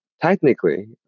Technically